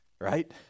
right